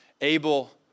Abel